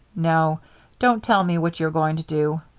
no don't tell me what you're going to do.